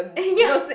eh ya